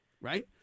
right